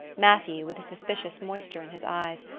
matthew, with a suspicious moisture in his eyes,